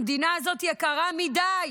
המדינה הזאת יקרה מדי